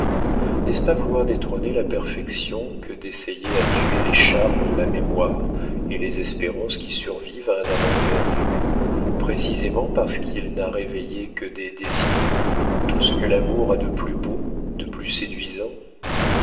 n'est-ce pas vouloir détrôner la perfection que d'essayer à tuer les charmes de la mémoire et les espérances qui survivent à un amant perdu précisément parce qu'il n'a réveillé que des désirs tout ce que l'amour a de plus beau de plus séduisant